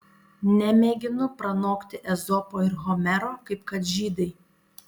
nemėginu pranokti ezopo ir homero kaip kad žydai